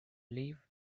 leave